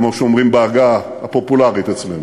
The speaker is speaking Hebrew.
כמו שאומרים בעגה הפופולרית אצלנו,